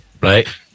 Right